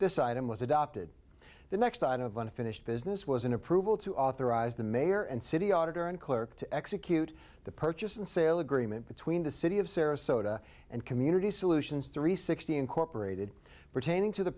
item was adopted the next i know of unfinished business was an approval to authorize the mayor and city auditor and clerk to execute the purchase and sale agreement between the city of sarasota and community solutions three sixty incorporated pertaining to the